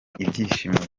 ibyishimo